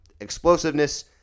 explosiveness